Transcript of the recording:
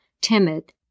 timid